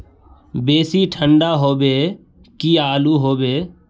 बेसी ठंडा होबे की आलू होबे